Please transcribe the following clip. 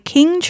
King